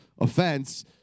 offense